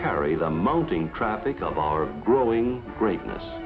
carry the mounting traffic of our growing greatness